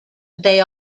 they